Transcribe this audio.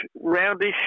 roundish